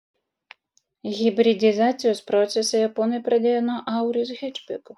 hibridizacijos procesą japonai pradėjo nuo auris hečbeko